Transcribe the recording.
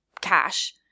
cash